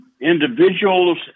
individuals